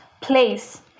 place